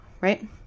right